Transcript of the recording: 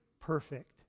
perfect